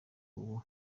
ubu